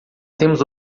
temos